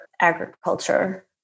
agriculture